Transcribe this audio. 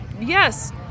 yes